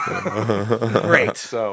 Great